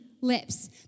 lips